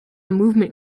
movement